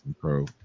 Pro